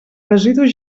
residus